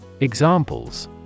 Examples